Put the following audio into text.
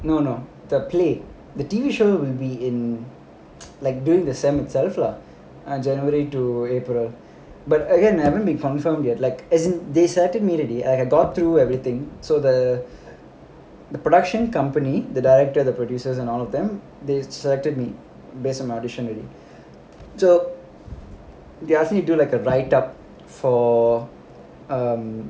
no no the play the T_V show will be in like during the semester itself lah and january to april but again I haven't been confirmed yet like as they selected me already like I thought through everything so the the production company the director the producers and all of them they selected me based on my audition so they ask me to do like a write up for um